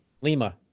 Lima